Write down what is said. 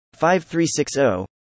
5360